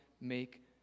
make